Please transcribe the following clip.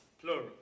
Plural